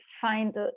find